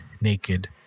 naked